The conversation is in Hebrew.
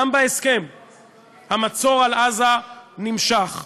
גם בהסכם המצור על עזה נמשך.